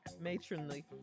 Matronly